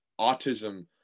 autism